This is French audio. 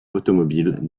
automobile